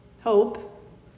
Hope